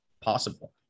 possible